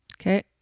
Okay